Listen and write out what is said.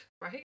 right